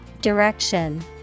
Direction